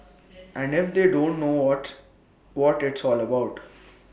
and if they don't know what what it's all about